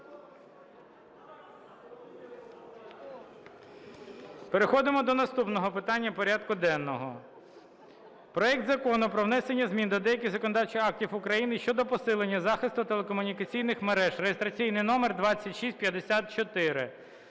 Переходимо до наступного питання порядку денного. Проект Закону про внесення змін до деяких законодавчих актів України (щодо посилення захисту телекомунікаційних мереж) (реєстраційний номер 2654).